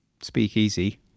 Speakeasy